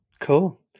cool